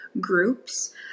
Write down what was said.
groups